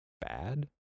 bad